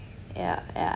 yeah yeah